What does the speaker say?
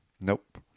Nope